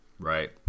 Right